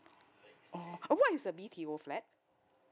oh what is a B_T_O flat